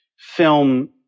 film